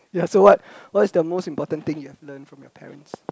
ya so what what's the most important thing you have learned from your parents